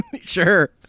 Sure